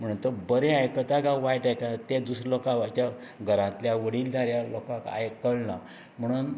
म्हणून तो बरें आयकता काय वायट आयकता तें दुसऱ्या लोकांक हाच्या घरांतल्या वडीलधाऱ्यां लोकांक कळना म्हणून